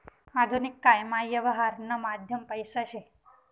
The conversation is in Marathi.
आधुनिक कायमा यवहारनं माध्यम पैसा शे